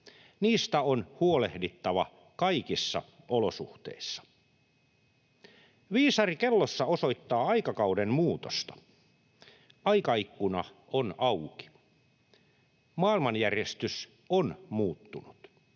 Niistä on huolehdittava kaikissa olosuhteissa. Viisari kellossa osoittaa aikakauden muutosta. Aikaikkuna on auki. Maailmanjärjestys on muuttunut,